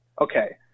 okay